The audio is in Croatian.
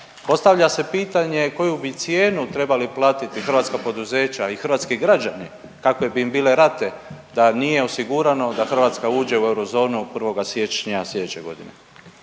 Postavlja se pitanje koju bi cijenu trebali platiti hrvatska poduzeća i hrvatski građani kakve bi im bile rate da nije osigurano da Hrvatska uđe u eurozonu 1. siječnja sljedeće godine.